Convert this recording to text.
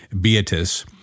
beatus